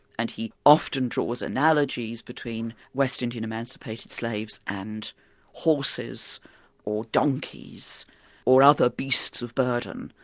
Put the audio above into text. and he often draws analogies between west indian emancipated slaves and horses or donkeys or other beasts of burden,